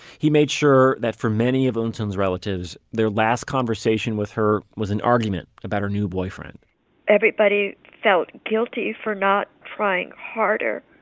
he made sure that for many of eunsoon's relatives, their last conversation with her was an argument about her new boyfriend everybody felt guilty for not trying harder